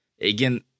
again